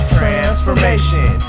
Transformation